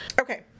Okay